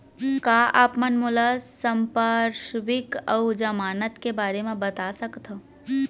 का आप मन मोला संपार्श्र्विक अऊ जमानत के बारे म बता सकथव?